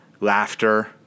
laughter